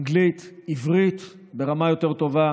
אנגלית, עברית ברמה יותר טובה.